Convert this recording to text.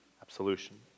absolution